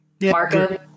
Marco